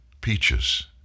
peaches